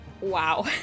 Wow